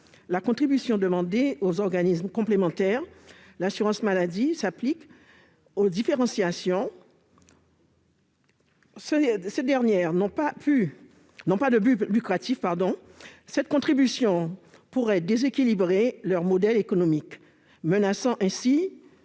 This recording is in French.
La contribution demandée aux organismes complémentaires d'assurance maladie s'applique sans différenciation aux mutuelles. Or ces dernières n'ont pas de but lucratif. Cette contribution pourrait déséquilibrer leur modèle économique, menaçant ainsi